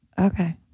okay